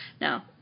Now